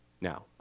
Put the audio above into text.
Now